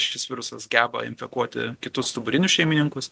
šis virusas geba infekuoti kitus stuburinius šeimininkus